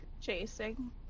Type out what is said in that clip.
chasing